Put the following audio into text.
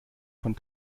von